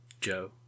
Joe